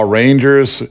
rangers